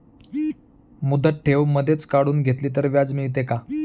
मुदत ठेव मधेच काढून घेतली तर व्याज मिळते का?